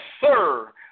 sir